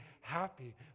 happy